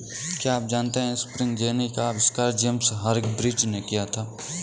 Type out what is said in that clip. क्या आप जानते है स्पिनिंग जेनी का आविष्कार जेम्स हरग्रीव्ज ने किया?